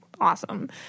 awesome